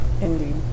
Indeed